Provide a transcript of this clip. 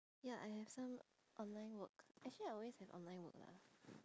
ya I have some online work actually I always have online work lah